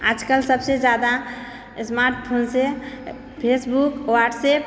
आजकल सबसँ ज्यादा स्मार्टफोनसँ फेसबुक व्हाट्सएप